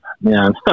man